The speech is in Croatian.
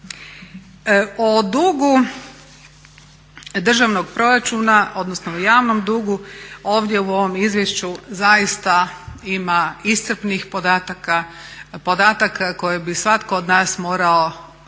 O dugu državnog proračuna, odnosno o javnom dugu ovdje u ovom izvješću zaista ima iscrpnih podataka, podataka koje bi svatko od nas morao definitivno